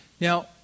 Now